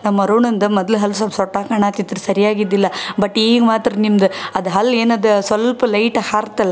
ನಮ್ಮ ಅರುಣಂದು ಮೊದ್ಲು ಹಲ್ಲು ಸ್ವಲ್ಪ ಸೊಟ್ಟ ಕಾಣಾತಿತ್ತು ರೀ ಸರಿಯಾಗಿ ಇದ್ದಿಲ್ಲ ಬಟ್ ಈಗ ಮಾತ್ರ ನಿಮ್ದು ಅದು ಹಲ್ಲು ಏನಿದೆ ಸ್ವಲ್ಪ ಲೈಟಾಗಿ ಹಾರಿತಲ್ಲ